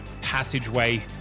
passageway